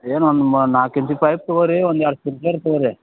ಏನು ಒನ್ ಮಾ ನಾಲ್ಕು ಇಂಚ್ ಪೈಪ್ ತಗೋರಿ ಒಂದು ಎರಡು ತಗೋರಿ